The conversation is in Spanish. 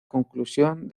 conclusión